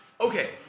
Okay